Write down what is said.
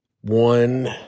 one